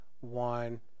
one